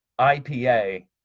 IPA